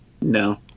no